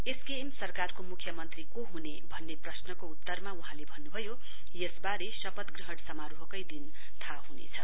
SKM सरकारको मुख्यमन्त्री को हुने भन्ने प्रश्नको उत्तरमा वहाँले भन्नुभयो यसवारे शपथ ग्रहण समारोहकै दिन थाहा हुनेछ